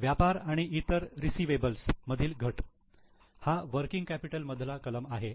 व्यापार आणि इतर रिसिवेबल्स मधील घट हा वर्किंग कॅपिटल मधला कलम आहे